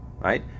Right